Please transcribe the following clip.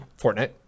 Fortnite